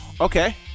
Okay